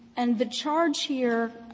and the charge here,